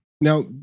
Now